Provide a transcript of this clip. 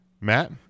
Matt